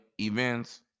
events